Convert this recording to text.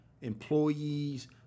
employees